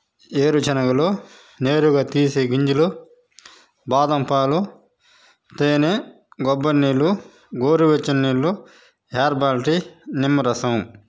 వేరు శనగలు నేరుగా తీసే గింజలు బాదంపాలు తేనె కొబ్బరి నీళ్ళు గోరు వెచ్చని నీళ్ళు హెర్బల్ టీ నిమ్మరసం